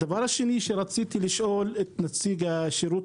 הדבר השני שרציתי לשאול את נציג השירות